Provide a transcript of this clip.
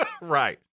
Right